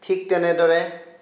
ঠিক তেনেদৰে